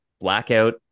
blackout